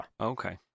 Okay